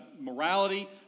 morality